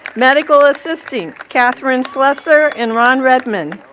medical assisting, katherine slusser and ron redmon.